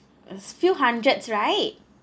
a few hundreds right